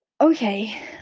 Okay